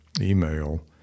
email